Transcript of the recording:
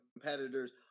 competitors